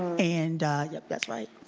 and yeah that's right,